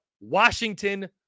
Washington